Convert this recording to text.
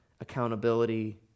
accountability